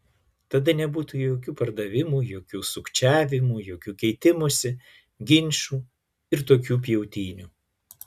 tada nebūtų jokių pardavimų jokių sukčiavimų jokių keitimųsi ginčų ir tokių pjautynių